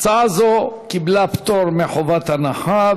הצעה זו קיבלה פטור מחובת הנחה,